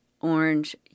orange